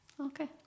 Okay